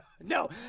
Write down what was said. No